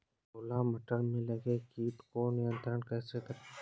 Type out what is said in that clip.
छोला मटर में लगे कीट को नियंत्रण कैसे करें?